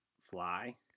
fly